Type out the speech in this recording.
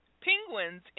Penguins